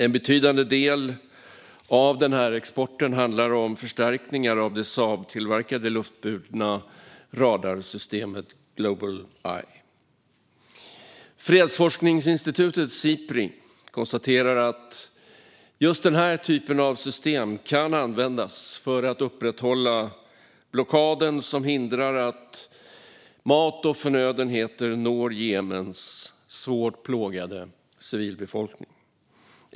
En betydande del av exporten handlar om förstärkningar av det Saabtillverkade luftburna radarsystemet Global Eye. Fredsforskningsinstitutet Sipri konstaterar att just den här typen av system kan användas för att upprätthålla blockaden som hindrar att mat och förnödenheter når Jemens svårt plågade civilbefolkning.